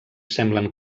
semblen